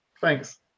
Thanks